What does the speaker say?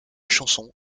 chanson